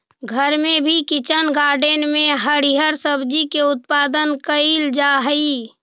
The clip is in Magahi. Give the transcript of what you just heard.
घर में भी किचन गार्डन में हरिअर सब्जी के उत्पादन कैइल जा हई